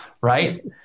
right